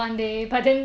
what about you